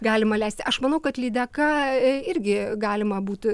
galima leisti aš manau kad lydeka irgi galima būtų